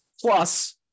Plus